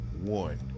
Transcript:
one